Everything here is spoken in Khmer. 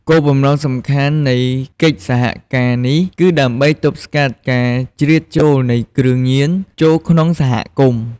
គោលបំណងសំខាន់នៃកិច្ចសហការនេះគឺដើម្បីទប់ស្កាត់ការជ្រៀតចូលនៃគ្រឿងញៀន ចូលក្នុងសហគមន៍។